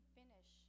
finish